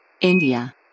India